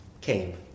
came